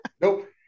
Nope